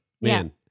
Man